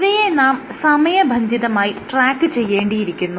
ഇവയെ നാം സമയബന്ധിതമായി ട്രാക്ക് ചെയ്യേണ്ടിയിരിക്കുന്നു